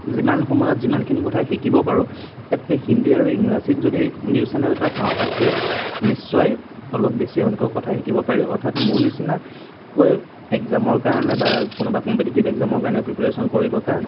যিমান সময়ত যিমানখিনি কথা শিকিব পাৰোঁ তাতকৈ হিন্দী আৰু ইংৰাজীত যদি নিউজ চেনেল এটা চাওঁ তাতকৈ নিশ্চয় অলপ বেছি সংখ্যক কথা শিকিব পাৰি অৰ্থাৎ মোৰ নিচিনাকৈ এক্সামৰ কাৰণে বা কোনোবা কমপিটিটিভ এক্সামৰ কাৰণে পিপ্ৰেশ্যন কৰি থকা